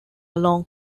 long